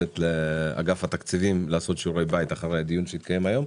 לתת לאגף התקציבים לעשות שיעורי בית אחרי הדיון שיתקיים היום.